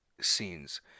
scenes